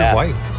white